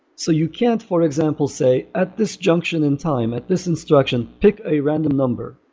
so you can't for example say at this junction in time, at this instruction, pick a random number.